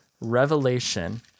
Revelation